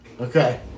Okay